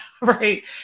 right